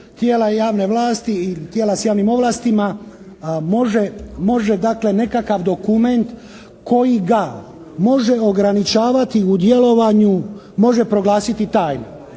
tijela javne vlasti i tijela s javnim ovlastima može dakle nekakav dokument koji ga može ograničavati u djelovanju može proglasiti tajnom.